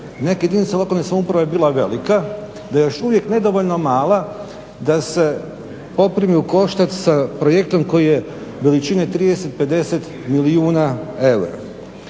neka jedinica lokalne samouprave bila velika, da je još uvijek nedovoljno mala da se poprimi u koštac sa projektom koji je veličine 30, 50 milijuna eura.